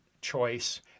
choice